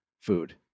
food